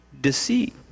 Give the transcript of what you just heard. deceit